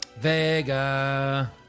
Vega